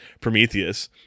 Prometheus